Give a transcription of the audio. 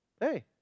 hey